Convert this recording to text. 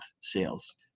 sales